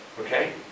Okay